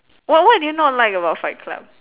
what what do you not like about fight club